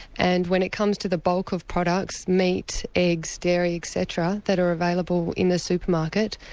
and when it comes to the bulk of products meat, eggs, dairy etc that are available in the supermarket,